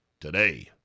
today